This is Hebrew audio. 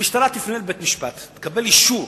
המשטרה תפנה לבית-משפט ותבקש אישור